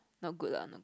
not good lah not good